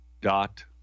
dot